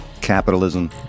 capitalism